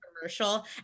commercial